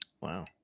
wow